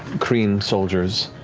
kryn soldiers,